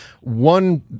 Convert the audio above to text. One